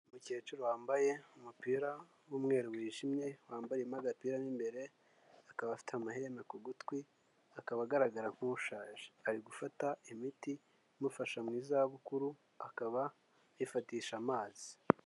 Umukecuru wambaye umupira w'umweru wijimye, wambariyemo agapira mu imbere, akaba afite amaherena ku gutwi, akaba agaragara nk'ushaje, ari gufata imiti imufasha mu izabukuru, akaba ayifatisha amazi.